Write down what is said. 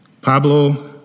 Pablo